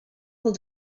els